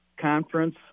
conference